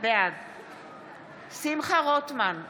בעד שמחה רוטמן,